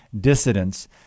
Dissidents